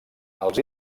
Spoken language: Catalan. els